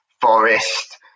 Forest